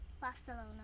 Barcelona